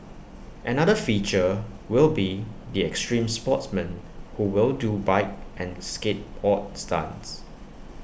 another feature will be the extreme sportsmen who will do bike and skateboard stunts